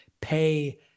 pay